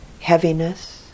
heaviness